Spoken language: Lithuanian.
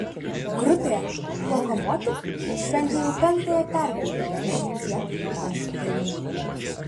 grupėje lokomotiv šventė jau penktąją pergalę iš tiek pat galimų